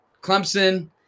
Clemson